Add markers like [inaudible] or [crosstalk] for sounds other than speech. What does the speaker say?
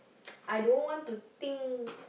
[noise] I don't want to think